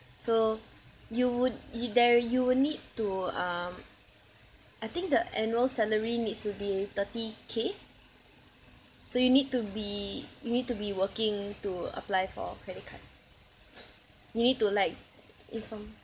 so you would you there you will need to um I think the annual salary needs to be thirty K so you need to be you need to be working to apply for a credit card you need to like if I'm